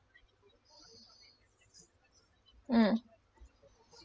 mm